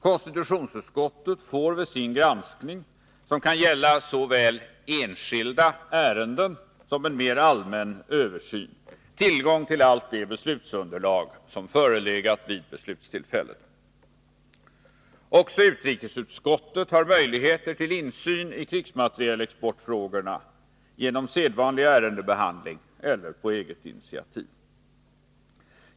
Konstitutionsutskottet får vid sin granskning, som kan gälla såväl enskilda ärenden som en mera allmän översyn, tillgång till hela det beslutsunderlag som förelegat vid beslutstillfället. Också utrikesutskottet har möjligheter till insyn i krigsmaterielexportfrågor genom sedvanlig ärendebehandling eller på eget initiativ.